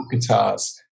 guitars